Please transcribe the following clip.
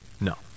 No